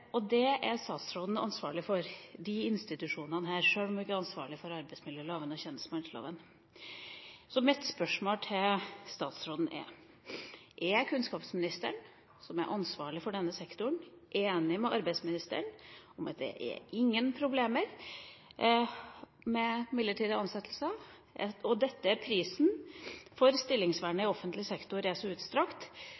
og statsråden er ansvarlig for de institusjonene, sjøl om hun ikke er ansvarlig for arbeidsmiljøloven og tjenestemannsloven. Mitt spørsmål til statsråden er: Er kunnskapsministeren, som er ansvarlig for denne sektoren, enig med arbeidsministeren i at det ikke er problemer med midlertidige ansettelser? Er prisen for at stillingsvernet